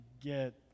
get